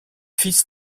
fils